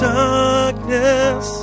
darkness